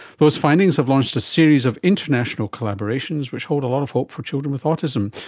those findings have launched a series of international collaborations which hold a lot of hope for children with autism.